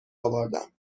اوردم